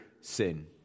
sin